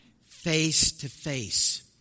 face-to-face